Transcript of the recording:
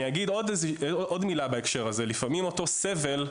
אני אגיד עוד מילה בהקשר הזה: לפעמים לאותו סבל,